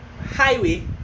highway